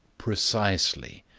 precisely,